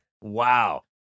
Wow